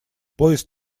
поезд